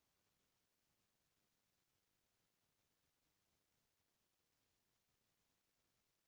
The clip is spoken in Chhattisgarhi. काय करही अरे भाई गॉंव म लोगन मन ल बेरा म बनिहार नइ मिलही त